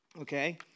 okay